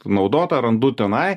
naudotą randu tenai